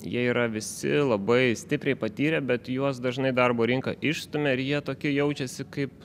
jie yra visi labai stipriai patyrę bet juos dažnai darbo rinka išstumia ir jie tokie jaučiasi kaip